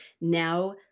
Now